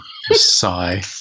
sigh